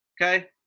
Okay